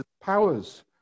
powers